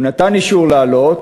הוא נתן אישור לעלות